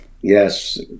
yes